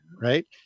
right